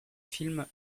film